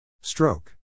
Stroke